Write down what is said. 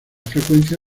frecuencia